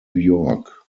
york